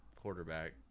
quarterback